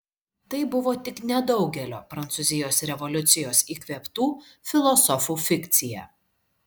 tai buvo tik nedaugelio prancūzijos revoliucijos įkvėptų filosofų fikcija